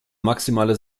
maximale